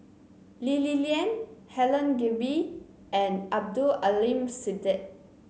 Lee Li Lian Helen Gilbey and Abdul Aleem Siddique